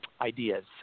ideas